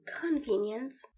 convenience